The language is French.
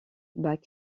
bat